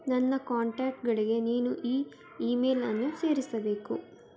ನನ್ನ ಕಾಂಟಾಕ್ಟ್ಗಳಿಗೆ ನೀನು ಈ ಇಮೇಲನ್ನು ಸೇರಿಸಬೇಕು